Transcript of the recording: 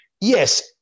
yes